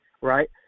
right